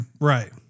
Right